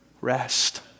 rest